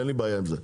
אין לי בעיה עם זה.